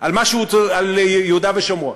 על יהודה ושומרון,